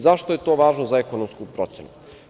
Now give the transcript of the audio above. Zašto je to važno za ekonomsku procenu?